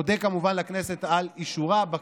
אודה כמובן לכנסת על אישורם.